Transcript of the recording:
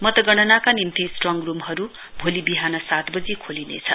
मतगणनाका निम्ति स्ट्रङ रूमहरू भोलि बिहान सात बजी खोलिनेछ